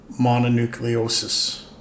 mononucleosis